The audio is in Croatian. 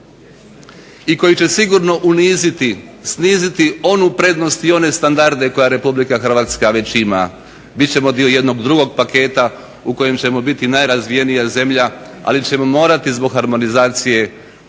i koji će sigurno uniziti, sniziti onu prednost i one standarde koje Republika Hrvatska već ima. Bit ćemo dio jednog drugog paketa u kojem ćemo biti najrazvijenija zemlja, ali ćemo morati zbog harmonizacije